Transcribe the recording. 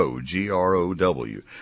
G-R-O-W